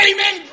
Amen